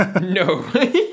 No